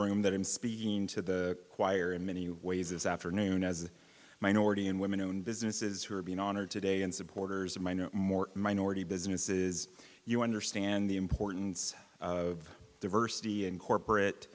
room that i'm speaking to the choir in many ways this afternoon as minority and women owned businesses who are being honored today and supporters of my no more minority businesses you understand the importance of diversity in corporate